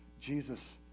Jesus